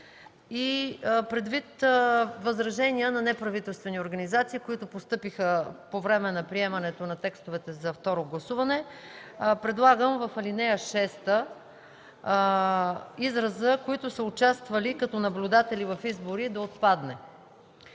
и предвид възражения на неправителствени организации, които постъпиха по време на приемането на текстовете за второ гласуване, предлагам в ал. 6 изразът „които са участвали като наблюдатели в избори” да отпадне.